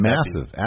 Massive